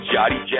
Johnny